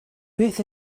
beth